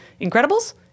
Incredibles